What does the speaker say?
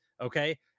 okay